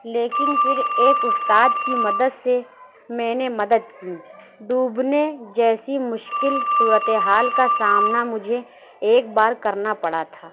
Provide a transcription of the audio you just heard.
لیکن پھر ایک اُستاد کی مدد سے میں نے مدد کی ڈوبنے جیسی مشکل صورتحال کا سامنا مجھے ایک بار کرنا پڑا تھا